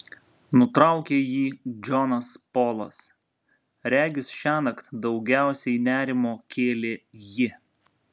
nutraukė jį džonas polas regis šiąnakt daugiausiai nerimo kėlė ji